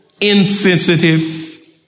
insensitive